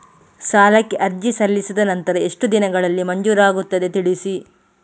ಸಾಲಕ್ಕೆ ಅರ್ಜಿ ಸಲ್ಲಿಸಿದ ನಂತರ ಎಷ್ಟು ದಿನಗಳಲ್ಲಿ ಮಂಜೂರಾಗುತ್ತದೆ ತಿಳಿಸಿ?